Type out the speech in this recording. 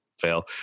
fail